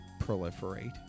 proliferate